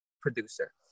producer